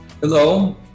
Hello